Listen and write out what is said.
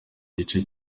igice